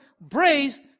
braced